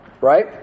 Right